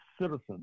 citizens